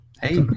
hey